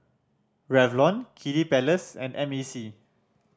Revlon Kiddy Palace and M A C